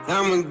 I'ma